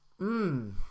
Mmm